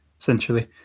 essentially